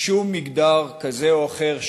ששום מגדר כזה או אחר,